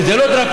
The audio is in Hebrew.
וזה לא דרקוני,